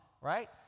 right